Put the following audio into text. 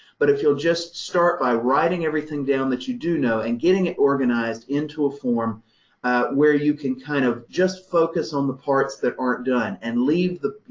but if you'll just start by writing everything down that you do know and getting it organized into a form where you can kind of just focus on the parts that aren't done and leave the,